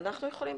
אנחנו יכולים?